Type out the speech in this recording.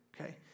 okay